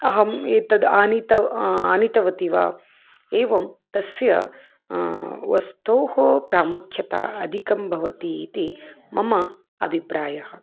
अहम् एतद् आनीतवती आनीतवती वा एवं तस्य वस्तुनः प्रामुख्यता अधिकं भवति इति मम अभिप्रायः